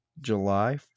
July